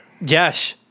Yes